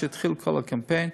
כשהתחיל כל הקמפיין,